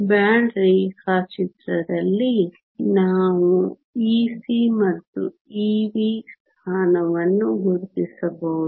band ರೇಖಾಚಿತ್ರದಲ್ಲಿ ನಾವು Ec ಮತ್ತು Ev ಸ್ಥಾನವನ್ನು ಗುರುತಿಸಬಹುದು